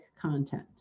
content